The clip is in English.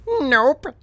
Nope